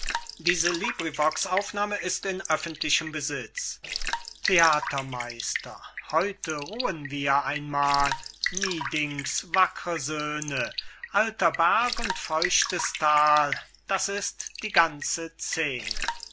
heute ruhen wir einmal miedings wackre söhne alter berg und feuchtes thal das ist die ganze scene